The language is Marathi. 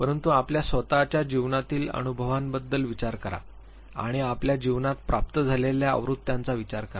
परंतु आपल्या स्वत च्या जीवनातील अनुभवांबद्दल विचार करा आणि आपल्या जीवनात प्राप्त झालेल्या आवृत्त्यांचा विचार करा